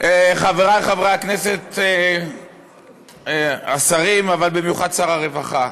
חברי חברי הכנסת, השרים, אבל במיוחד שר הרווחה,